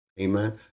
Amen